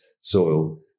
soil